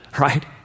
right